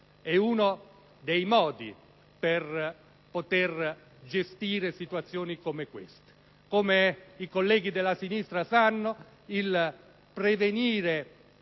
È uno dei modi per poter gestire situazioni come queste. Come i colleghi della sinistra sanno, prevenire